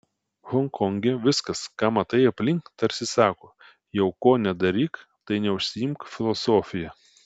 honkonge viskas ką matai aplink tarsi sako jau ko nedaryk tai neužsiimk filosofija